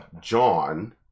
John